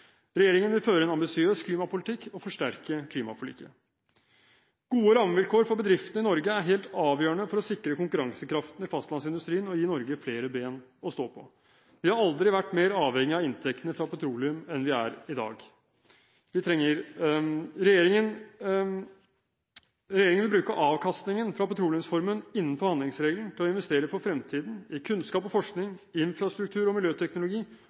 Regjeringen vil føre en ambisiøs klimapolitikk og forsterke klimaforliket. Gode rammevilkår for bedriftene i Norge er helt avgjørende for å sikre konkurransekraften i fastlandsindustrien og gi Norge flere ben å stå på. Vi har aldri vært mer avhengig av inntektene fra petroleum enn vi er i dag. Regjeringen vil bruke avkastningen fra petroleumsformuen innenfor handlingsregelen til å investere for fremtiden i kunnskap og forskning, infrastruktur og miljøteknologi